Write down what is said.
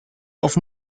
auf